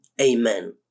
amen